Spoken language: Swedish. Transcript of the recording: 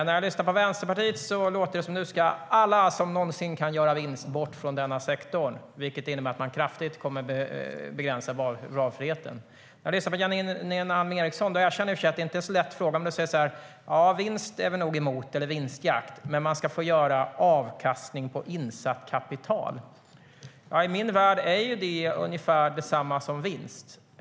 När jag lyssnar på Vänsterpartiet låter det som att nu ska alla som någonsin kan göra vinst bort från denna sektor, vilket innebär att man kraftigt kommer att begränsa valfriheten. Janine Alm Ericson erkänner att det inte är en så lätt fråga. Hon säger: Vinstjakt är vi nog emot, men man ska få avkastning på insatt kapital. I min värld är det ungefär detsamma som vinst.